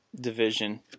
division